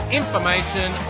information